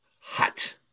Hot